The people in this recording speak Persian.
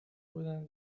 بودن